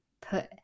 put